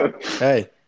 Hey